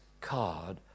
card